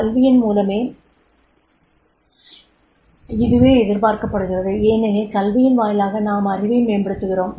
கல்வியின் மூலம் இதுவே எதிர்பார்க்கப்படுகிறது ஏனெனில் கல்வியின் வாயிலாக நாம் அறிவை மேம்படுத்துகிறோம்